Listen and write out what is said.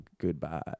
goodbye